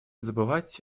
забывать